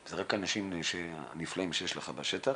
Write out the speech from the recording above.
זה רק האנשים הנפלאים שיש לך בשטח.